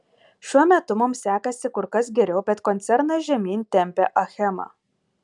šiuo metu mums sekasi kur kas geriau bet koncerną žemyn tempia achema